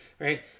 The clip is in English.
right